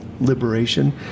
liberation